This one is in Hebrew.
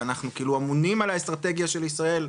ואנחנו אמונים על האסטרטגיה של ישראל,